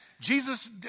Jesus